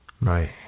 Right